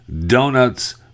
donuts